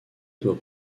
doit